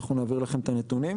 אנחנו נעביר לכם את הנתונים.